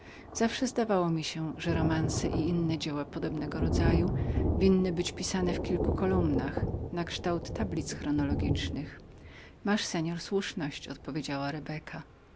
zawsze zdawało mi się że romanse i inne dzieła podobnego rodzaju winny być pisane w kilku kolumnach nakształt tablic chronologicznych masz pan słuszność odpowiedziała rebeka